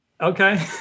Okay